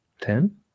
Ten